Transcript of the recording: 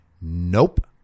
Nope